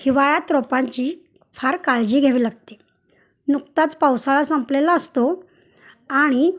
हिवाळ्यात रोपांची फार काळजी घ्यावी लागते नुकताच पावसाळा संपलेला असतो आणि